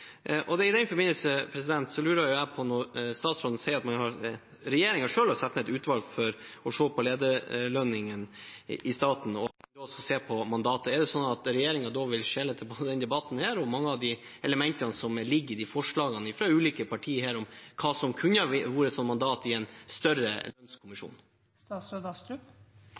I den forbindelse lurer jeg på: Når statsråden sier at regjeringen selv har satt ned et utvalg for å se på lederlønninger i staten og også se på mandatet, er det da slik at regjeringen vil skjele til denne debatten og mange av de elementene som ligger i forslagene fra ulike partier om hva som kunne vært et slikt mandat i en større